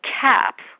cap